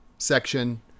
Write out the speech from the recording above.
section